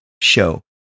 show